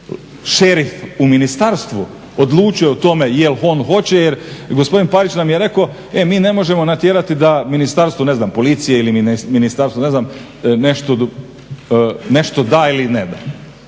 šerif u ministarstvu odlučuje o tome jel' on hoće. Jer gospodin Pavić nam je rekao, e mi ne možemo natjerati da ministarstvo, ne znam policije ili ministarstvo ne znam nešto da ili nešto